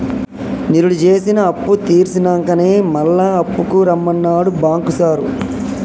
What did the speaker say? నిరుడు జేసిన అప్పుతీర్సినంకనే మళ్ల అప్పుకు రమ్మన్నడు బాంకు సారు